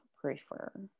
prefer